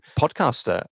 podcaster